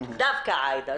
דווקא עאידה,